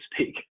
speak